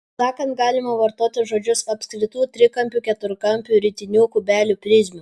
atsakant galima vartoti žodžius apskritų trikampių keturkampių ritinių kubelių prizmių